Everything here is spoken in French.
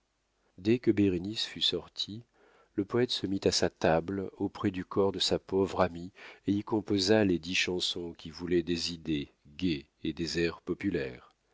dès que bérénice fut sortie le poète se mit à sa table auprès du corps de sa pauvre amie et y composa les dix chansons qui voulaient des idées gaies et des airs populaires